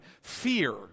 fear